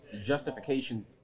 justification